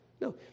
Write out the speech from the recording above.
No